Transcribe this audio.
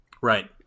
Right